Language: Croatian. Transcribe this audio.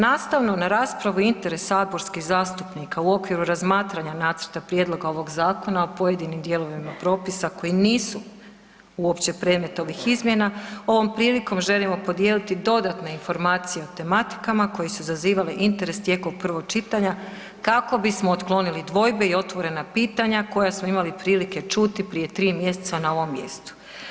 Nastavno, na raspravu i interes saborskih zastupnika u okviru razmatranja nacrta prijedloga ovog zakona o pojedinim dijelovima propisa koji nisu uopće predmet ovih izmjena ovom prilikom želimo podijeliti dodatne informacije o tematikama koje su izazivale interes tijekom prvog čitanja kako bismo otklonili dvojbe i otvorena pitanja koja smo imali prilike čuti prije 3 mjeseca na ovom mjestu.